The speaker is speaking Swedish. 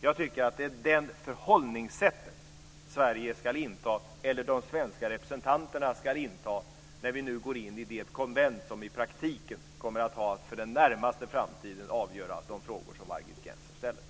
Jag tycker att det är det förhållningssätt som Sverige eller de svenska representanterna ska inta när vi nu går in i det konvent som i praktiken, för den närmaste tiden, kommer att ha att avgöra de frågor som Margit Gennser ställer.